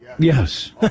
Yes